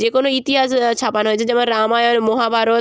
যে কোনো ইতিহাস ছাপানো হয়েছে যেমন রামায়ণ মহাভারত